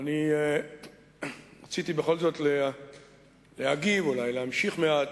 ואני רציתי בכל זאת להגיב, אולי להמשיך מעט,